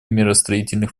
миростроительных